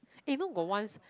even got once